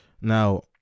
Now